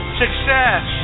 success